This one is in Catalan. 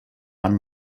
van